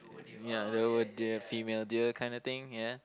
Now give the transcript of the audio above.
ya doe a deer a female deer kinda thing ya